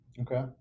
Okay